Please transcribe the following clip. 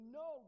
no